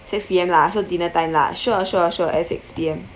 six P_M lah so dinner time lah sure sure sure at six P_M